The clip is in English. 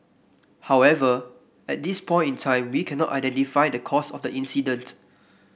however at this point in time we cannot identify the cause of the incident